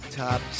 top